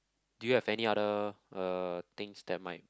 do you have any other uh things that might